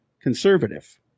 conservative